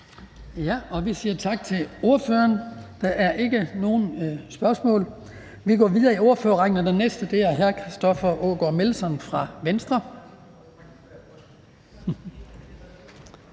Vi siger tak til ordføreren. Der er ikke nogen spørgsmål. Vi går videre i ordførerrækken, og den næste er hr. Christoffer Aagaard Melson fra Venstre.